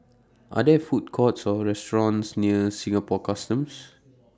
Are There Food Courts Or restaurants near Singapore Customs